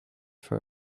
for